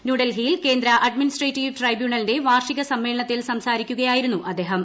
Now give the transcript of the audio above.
ന്യൂഡൽഹിയിൽ കേന്ദ്ര അഡ്മിനിസ്ട്രേറ്റീവ് ക്ട്രെട്രബ്യൂണലിന്റെ വാർഷിക സമ്മേളനത്തിൽ സംസാരിക്കുകയായിരുന്നു അദ്ദേഹം